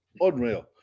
unreal